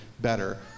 better